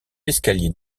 escalier